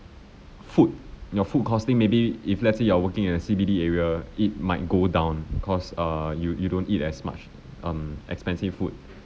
food your food costing maybe if let's say you are working in the C_B_D area it might go down cause err you you don't eat as much um expensive food